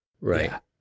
Right